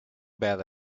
bad